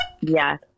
Yes